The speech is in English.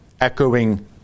echoing